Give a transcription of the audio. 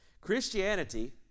Christianity